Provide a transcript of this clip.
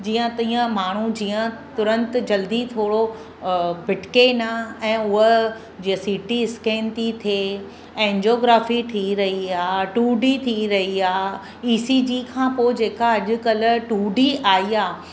जीअं तीअं माण्हू जीअं तुरंत जल्दी थोरो भिटके न ऐं उहे जीअं सि टी स्कैन थी थिए एंजियोग्राफी थी रही आहे टू डी थी रही आहे ई सी जी खां पोइ जेका अॼुकल्ह टू डी आई आहे